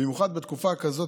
במיוחד בתקופת כזאת,